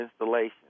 installation